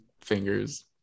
fingers